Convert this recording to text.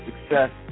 success